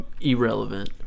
irrelevant